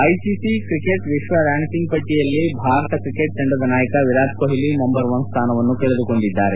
ICC cricket ವಿಶ್ವ ranking ಪಟ್ಟಿಯಲ್ಲಿ Bharat cricket ತಂಡದ ನಾಯಕ ವಿರಾಟ್ ಕೊಟ್ಲಿ ನಂಬರ್ ಒನ್ ಸ್ಥಾನವನ್ನು ಕಳೆದುಕೊಂಡಿದ್ದಾರೆ